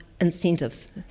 Incentives